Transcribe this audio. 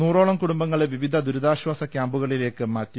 നൂറോളം കുടും ബങ്ങളെ വിവിധ ദുരിതാശ്ചാസ ക്യാമ്പുകളിലേക്ക് മാറ്റി